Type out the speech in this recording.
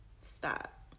stop